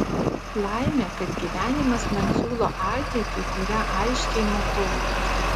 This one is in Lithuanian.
laimė kad gyvenimas man siūlo ateitį kurią aiškiai matau